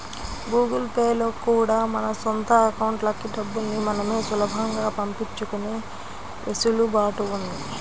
Google Pay లో కూడా మన సొంత అకౌంట్లకి డబ్బుల్ని మనమే సులభంగా పంపించుకునే వెసులుబాటు ఉంది